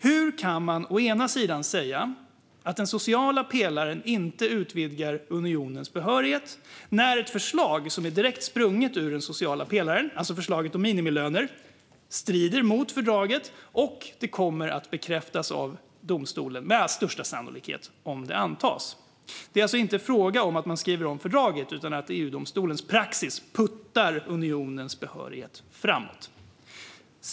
Hur kan man säga att den sociala pelaren inte utvidgar unionens behörighet när ett förslag som är direkt sprunget ur den sociala pelaren, förslaget om minimilöner, strider mot fördraget men som med största sannolikhet kommer att bekräftas av domstolen om det antas? Det är alltså inte fråga om att man skriver om fördraget utan att EU-domstolens praxis puttar unionens behörighet framåt.